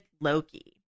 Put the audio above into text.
Loki